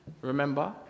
Remember